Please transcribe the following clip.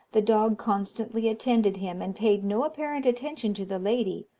the dog constantly attended him, and paid no apparent attention to the lady,